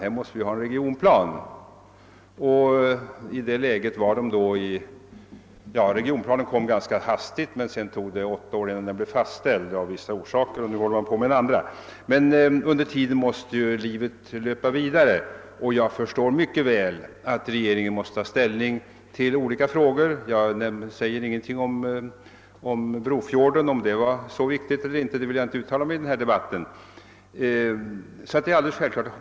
Vi måste ha regionplan.» Regionplanen upprättades ganska hastigt men sedan tog det av vissa orsaker åtta år innan den blev fastställd. Under tiden måste livet naturligtvis löpa vidare. Jag förstår mycket väl att regeringen måste ta ställning till olika frågor. Jag vill inte i denna debatt uttala mig om huruvida frågan om Brofjorden var så viktig.